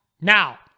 Now